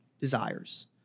desires